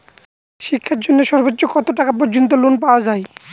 শিক্ষার জন্য সর্বোচ্চ কত টাকা পর্যন্ত লোন পাওয়া য়ায়?